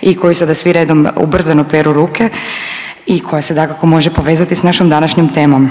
i koji sada svi redom ubrzano peru ruke i koja se dakako može povezati sa našom današnjom temom.